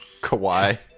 Kawhi